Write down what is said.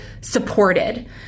supported